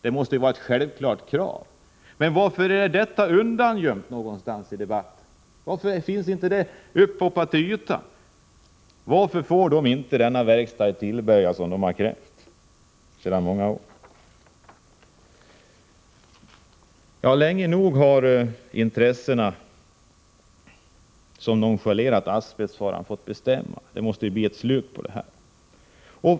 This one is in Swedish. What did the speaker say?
Det måste vara ett självklart krav. Varför är allt detta undangömt i debatten, varför har det inte kommit upp till ytan? Varför får SJ inte den verkstad i Tillberga som man har krävt sedan många år? Länge nog har de intressen som nonchalerat asbestfaran fått bestämma. Det måste bli ett slut på detta.